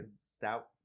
stout